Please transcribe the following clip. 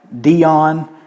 Dion